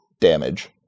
damage